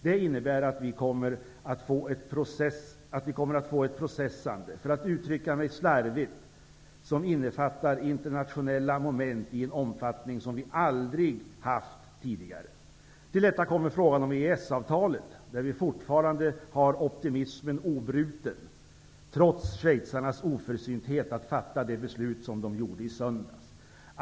Det innebär att vi kommer att få ett processande, för att uttrycka mig slarvigt, som innefattar internationella moment i en omfattning som vi aldrig har haft tidigare. Till detta kommer frågan om EES-avtalet, där vi fortfarande har optimismen obruten, trots schweizarnas oförsynthet att fatta det beslut som de gjorde i söndags.